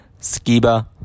Skiba